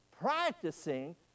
practicing